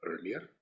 earlier